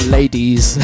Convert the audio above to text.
Ladies